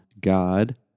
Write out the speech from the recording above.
God